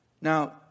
Now